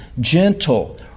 gentle